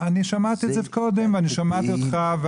אני שמעתי את זה קודם ואני שמעתי אותך.